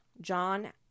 John